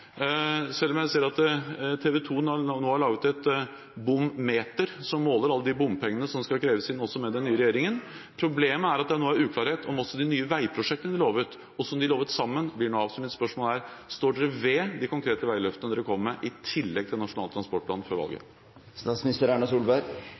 selv om jeg ser at TV 2 nå har laget et bom-meter som måler alle de bompengene som skal kreves inn også med den nye regjeringen. Problemet er at det nå er uklarhet også om de nye veiprosjektene de lovet, som de lovet sammen, blir noe av. Mitt spørsmål er: Står dere ved de konkrete veiløftene dere kom med – i tillegg til Nasjonal transportplan – før